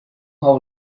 how